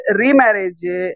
remarriage